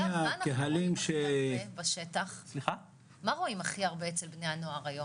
מה רואים הכי הרבה אצל בני הנוער היום?